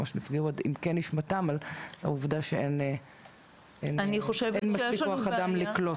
ממש נפגעו עד עמקי נשמתם על העובדה שאין מספיק כוח אדם לקלוט.